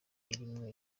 irimwo